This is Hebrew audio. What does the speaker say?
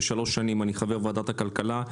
ושלוש שנים חבר ועדת הכלכלה,